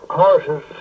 horses